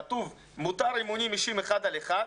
כתוב: מותר אימונים אישיים אחד על אחד.